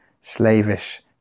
slavish